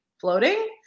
floating